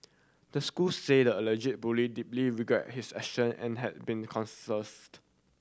the school said the alleged bully deeply regret his action and has been